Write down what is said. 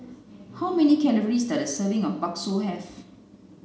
how many calories does a serving of Bakso have